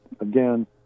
Again